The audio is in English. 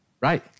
Right